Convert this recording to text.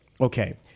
okay